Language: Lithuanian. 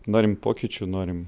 norim pokyčių norim